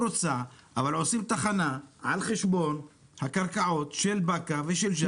מנהל התשתיות במשרד התחבורה ושרת התחבורה.